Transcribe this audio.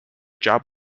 job